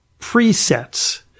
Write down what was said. presets